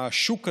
השוק הזה,